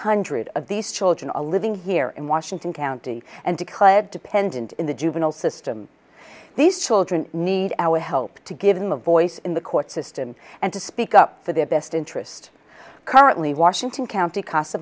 hundred of these children are living here in washington county and declared dependent in the juvenile system these children need our help to give them a voice in the court system and to speak up for their best interest currently washington county c